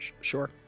sure